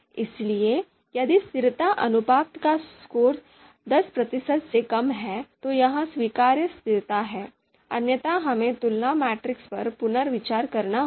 इसलिए यदि स्थिरता अनुपात का स्कोर दस प्रतिशत से कम है तो यह स्वीकार्य स्थिरता है अन्यथा हमें तुलना मैट्रिक्स पर पुनर्विचार करना होगा